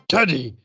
Teddy